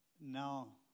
now